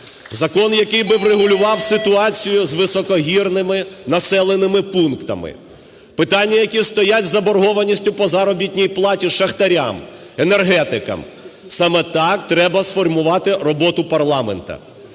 закон, який би врегулював ситуацію з високогірними населеними пунктами, питання, які стоять з заборгованістю по заробітній платі шахтарям, енергетикам – саме так треба сформувати роботу парламенту.